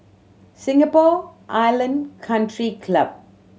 Singapore Island Country Club